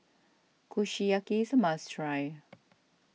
Kushiyaki is a must try